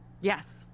Yes